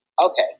okay